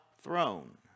throne